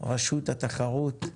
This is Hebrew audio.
רשות התחרות,